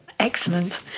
excellent